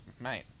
Mate